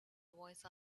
voice